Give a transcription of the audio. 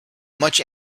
much